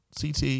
CT